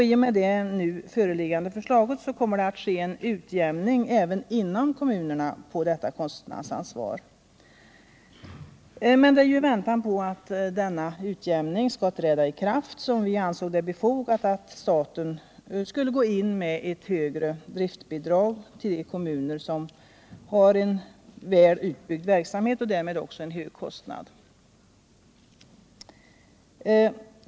I och med det nu föreliggande förslaget kommer det att ske en utjämning även inom kommunerna i fråga om kostnadsansvaret. Men det var i väntan på att denna utjämning skulle träda i kraft som vi ansåg det befogat att begära att staten skulle gå in med ett högre driftbidrag till de kommuner som har en väl utbyggd skyddad verksamhet och därmed också höga kostnader för den.